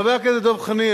חבר הכנסת דב חנין,